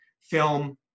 film